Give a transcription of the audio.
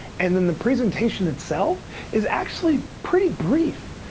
and then the presentation itself is actually pretty brief.